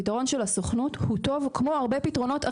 הפתרון של הסוכנות הוא טוב כמו הרבה פתרונות אחרים.